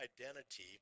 identity